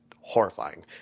horrifying